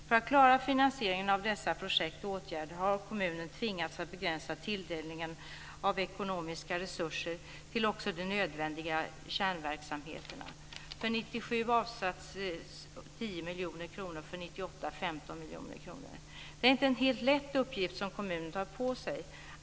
För att klara finansieringen av dessa projekt och åtgärder har kommunen tvingats att begränsa tilldelningen av ekonomiska resurser till också de nödvändiga kärnverksamheterna. För 1997 har avsatts 10 miljoner kronor och för 1998 15 miljoner kronor. Det är inte en helt lätt uppgift som kommunen tagit på sig.